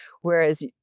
Whereas